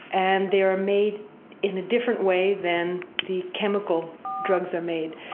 and they are made in a different way than the chemical drugs are made.